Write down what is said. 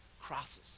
crosses